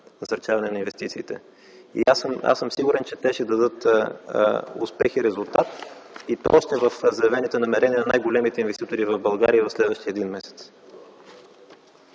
Георги Пирински.) Аз съм сигурен, че те ще дадат успех и резултат, и то още в заявените намерения на най-големите инвеститори в България през следващия един месец.